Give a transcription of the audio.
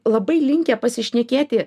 labai linkę pasišnekėti